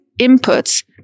inputs